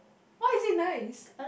why is it nice